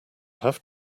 have